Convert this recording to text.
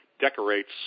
decorates